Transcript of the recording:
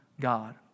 God